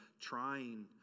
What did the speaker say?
trying